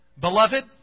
beloved